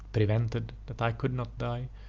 prevented, that i could not die,